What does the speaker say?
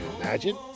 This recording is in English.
imagine